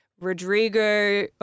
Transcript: Rodrigo –